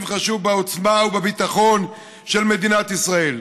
חשוב בעוצמה ובביטחון של מדינת ישראל.